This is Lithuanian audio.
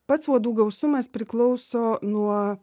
pats uodų gausumas priklauso nuo